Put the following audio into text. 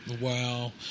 Wow